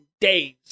days